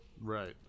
Right